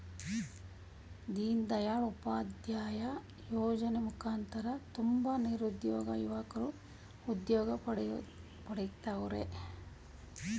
ದೀನ್ ದಯಾಳ್ ಉಪಾಧ್ಯಾಯ ಯೋಜನೆ ಮುಖಾಂತರ ತುಂಬ ನಿರುದ್ಯೋಗ ಯುವಕ್ರು ಉದ್ಯೋಗ ಪಡಿತವರ್ರೆ